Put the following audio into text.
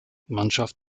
mannschaft